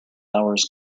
hours